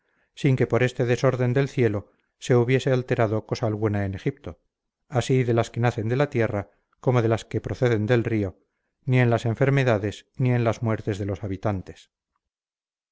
sin que por este desorden del cielo se hubiese alterado cosa alguna en egipto así de las que nacen de la tierra como de las que proceden del río ni en las enfermedades ni en las muertes de los habitantes